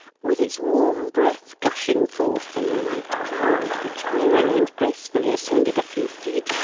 with its warm breath gushing forth in a light cloud which merrily and gracefully ascended a few feet,